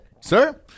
Sir